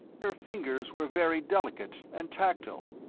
her fingers were very delicate and tactile,